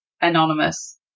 Anonymous